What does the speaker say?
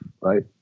right